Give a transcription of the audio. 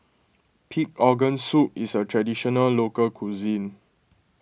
Pig Organ Soup is a Traditional Local Cuisine